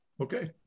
Okay